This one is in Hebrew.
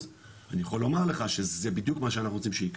אני יכול לומר לך שזה בדיוק מה שאנחנו רוצים שיקרה.